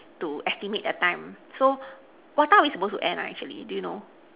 to estimate a time so what time are we supposed to end ah actually do you know